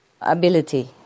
ability